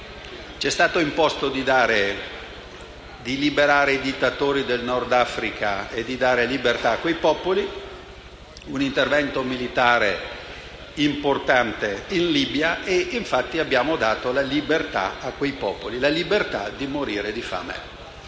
Ci è stato imposto di liberare il Nord Africa dai dittatori e di dare libertà a quei popoli; è stato svolto un intervento militare importante in Libia e infatti abbiamo dato la libertà a quei popoli: la libertà di morire di fame.